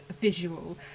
visual